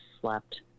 slept